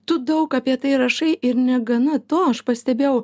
tu daug apie tai rašai ir negana to aš pastebėjau